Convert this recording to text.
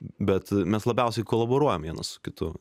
bet mes labiausiai kolaboruojam vienas su kitu